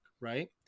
right